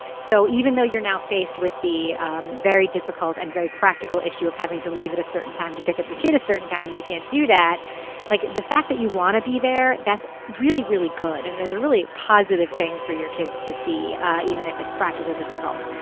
so even though you're now faced with the very difficult and very practical issue of having to leave at a certain time to pick a pocket a certain time and you can't do that like the fact that you want to be there that's really really good and it is a really positive thing for your kids to see even if it's practically difficult.